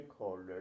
stakeholders